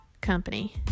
Company